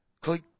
Click